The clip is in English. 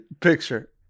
picture